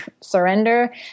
surrender